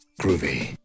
Groovy